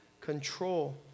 control